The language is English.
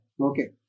okay